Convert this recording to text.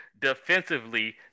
defensively